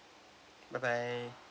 bye bye